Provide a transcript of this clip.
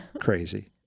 crazy